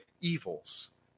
evils